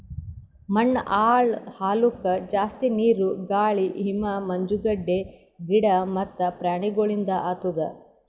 ಮಣ್ಣ ಹಾಳ್ ಆಲುಕ್ ಜಾಸ್ತಿ ನೀರು, ಗಾಳಿ, ಹಿಮ, ಮಂಜುಗಡ್ಡೆ, ಗಿಡ ಮತ್ತ ಪ್ರಾಣಿಗೊಳಿಂದ್ ಆತುದ್